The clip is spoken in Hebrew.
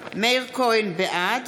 כהן, בעד